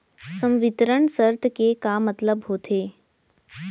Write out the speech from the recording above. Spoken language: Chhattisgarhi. संवितरण शर्त के का मतलब होथे?